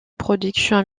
production